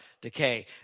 decay